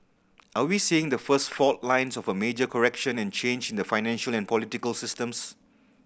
are we seeing the first fault lines of a major correction and change in the financial and political systems